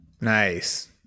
Nice